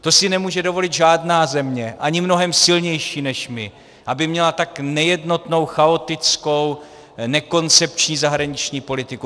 To si nemůže dovolit žádná země, ani mnohem silnější než my, aby měla tak nejednotnou, chaotickou, nekoncepční zahraniční politiku.